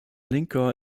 linkohr